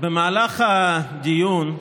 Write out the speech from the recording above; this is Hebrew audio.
במהלך הדיון,